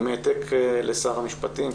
עם העתק לשר המשפטים,